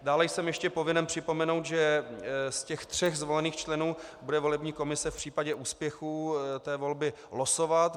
Dále jsem ještě povinen připomenout, že z těch tří zvolených členů bude volební komise v případě úspěchu volby losovat.